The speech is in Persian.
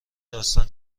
داستان